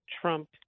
Trump